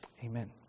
Amen